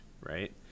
right